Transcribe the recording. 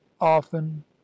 often